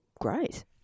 great